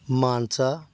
Mansa